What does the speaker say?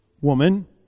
woman